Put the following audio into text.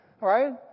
Right